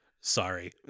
sorry